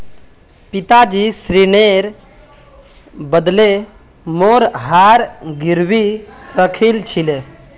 पिताजी ऋनेर बदले मोर हार गिरवी राखिल छिले